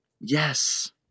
Yes